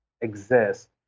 exist